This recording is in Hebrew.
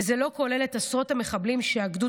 וזה לא כולל את עשרות המחבלים שהגדוד